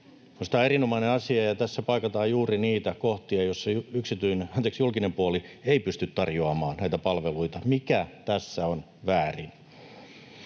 Minusta tämä on erinomainen asia, ja tässä paikataan juuri niitä kohtia, joissa julkinen puoli ei pysty tarjoamaan näitä palveluita. Mikä tässä on väärin?